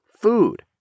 food